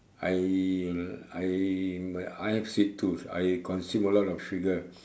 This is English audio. I I I have sweet tooth I consume a lot of sugar